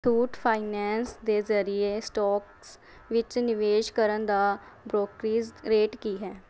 ਥੂਟ finance ਦੇ ਜ਼ਰੀਏ stocks ਵਿੱਚ ਨਿਵੇਸ਼ ਕਰਨ ਦਾ ਬ੍ਰੋਕਰੀਜ ਰੇਟ ਕੀ ਹੈ